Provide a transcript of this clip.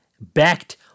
backed